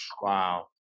Wow